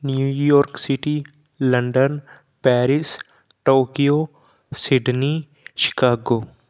New York city London Paris Tokyo Sydney Chicago